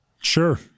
Sure